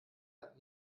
hat